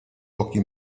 pochi